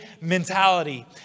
mentality